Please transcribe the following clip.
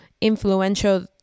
influential